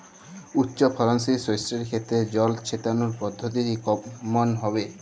উচ্চফলনশীল শস্যের ক্ষেত্রে জল ছেটানোর পদ্ধতিটি কমন হবে?